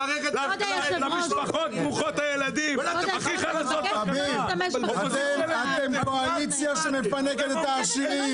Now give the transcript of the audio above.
למשפחות ברוכות הילדים --- אתם קואליציה שמפנקת את העשירים